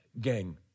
Gang